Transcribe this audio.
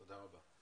תודה רבה.